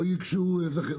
לא ייגשו יזמים.